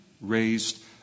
raised